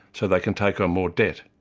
so they can take on more debt.